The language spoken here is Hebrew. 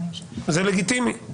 זה לגיטימי.